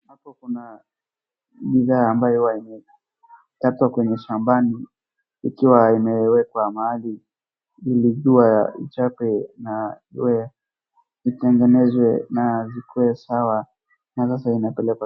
Hapo kuna bidhaa ambayo imetoka kwenye shambani ikiwa imewekwa mahali ili jua ichape na iwe itengenezwe na zikuwe sawa na sasa inapelekwa.